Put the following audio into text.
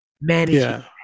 managing